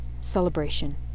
celebration